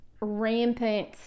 Rampant